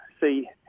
see